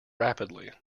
rapidly